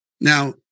Now